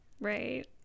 Right